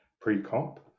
pre-comp